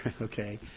Okay